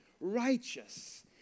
righteous